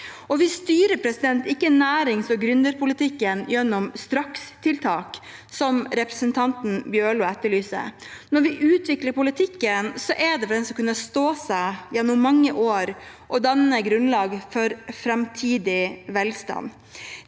Vi styrer ikke nærings- og gründerpolitikken gjennom strakstiltak, som representanten Bjørlo etterlyser. Når vi utvikler politikken, er det for at den skal kunne stå seg gjennom mange år og danne grunnlag for framtidig velstand.